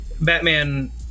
Batman